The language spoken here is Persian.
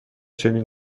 چنین